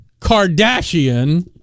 Kardashian